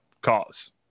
cause